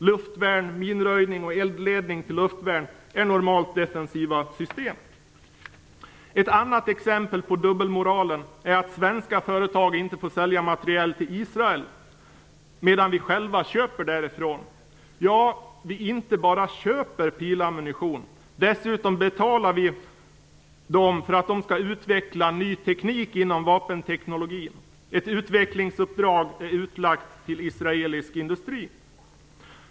Luftvärn, minröjning och eldledning till luftvärn är normalt defensiva system. Ett annat exempel på dubbelmoralen är att svenska företag inte får sälja materiel till Israel, medan vi själva köper därifrån. Ja, vi inte bara köper pilammunition utan vi betalar dem dessutom för att de skall utveckla ny teknik inom vapenteknologin. Ett utvecklingsuppdrag är utlagt till israelisk industri.